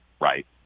right